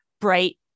bright